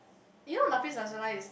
you know lapis lazuli is the